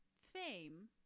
fame